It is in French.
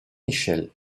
michel